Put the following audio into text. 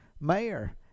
mayor